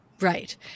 Right